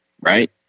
right